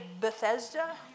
Bethesda